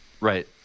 Right